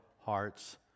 hearts